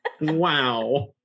Wow